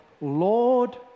Lord